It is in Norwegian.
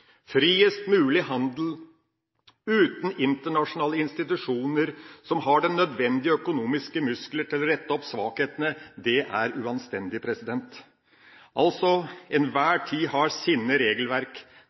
Friest mulig handel uten internasjonale institusjoner som har de nødvendige økonomiske muskler til å rette opp svakhetene, er uanstendig.